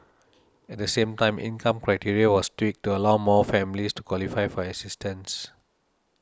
at the same time income criteria was tweaked to allow more families to qualify for assistance